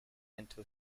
into